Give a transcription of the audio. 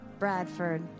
Bradford